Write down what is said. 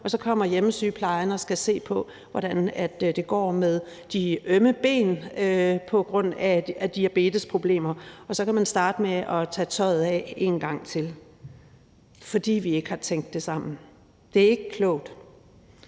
men så kommer hjemmesygeplejen og skal se på, hvordan det går med benene, der er ømme på grund af diabetesproblemer, og så kan man starte med at tage tøjet af en gang til, fordi vi ikke har tænkt det sammen. Det er ikke klogt.